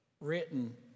written